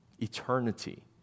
eternity